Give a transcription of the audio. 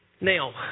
Now